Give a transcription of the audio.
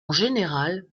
général